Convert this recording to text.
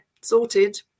sorted